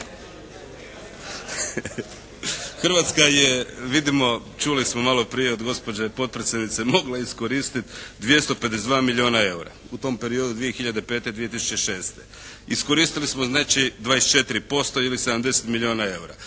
Hrvatska je vidimo, čuli smo malo prije od gospođe potpredsjednice mogla iskoristiti 252 milijuna EUR-a u tom periodu 2005./2006. Iskoristili smo znači 24% ili 70 milijuna EUR-a.